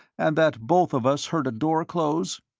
and that both of us heard a door close?